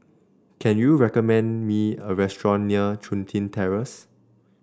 can you recommend me a restaurant near Chun Tin Terrace